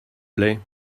plait